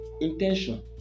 intention